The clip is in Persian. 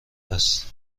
است